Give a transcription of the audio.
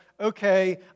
okay